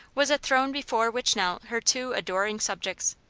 was a throne before which knelt her two adoring subjects.